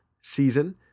season